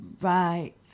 Right